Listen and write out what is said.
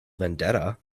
vendetta